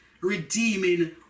redeeming